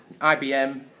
IBM